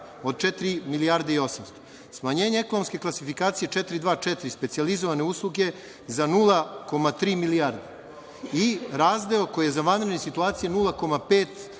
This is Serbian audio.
milijarde i 800; smanjenje ekonomske klasifikacije 424 – specijalizovane usluge za 0,3 milijardi i razdeo koji je za vanredne situacije 0,526 milijardi